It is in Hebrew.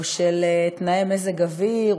או של תנאי מזג אוויר,